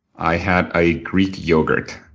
i had a greek yogurt.